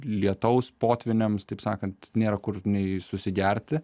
lietaus potvyniams taip sakant nėra kur nei susigerti